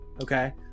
Okay